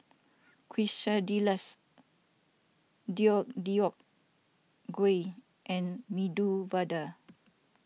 Quesadillas Deodeok Gui and Medu Vada